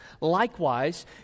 likewise